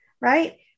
right